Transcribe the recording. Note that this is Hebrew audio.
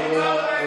תודה.